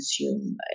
consumed